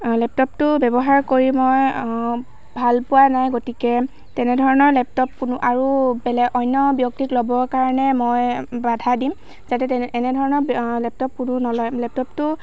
লেপটপটো ব্যৱহাৰ কৰি মই ভাল পোৱা নাই গতিকে তেনেধৰণৰ লেপটপ কোনো আৰু বেলেগ অন্য ব্যক্তিক ল'বৰ কাৰণে মই বাধা দিম যাতে এনেধৰণৰ লেপটপ কোনোৱে নলয় লেপটপটো